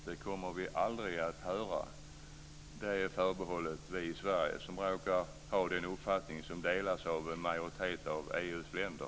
Det kommer vi aldrig att höra. Det är förbehållet oss i Sverige som råkar ha den uppfattning som delas av en majoritet av EU:s länder.